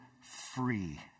free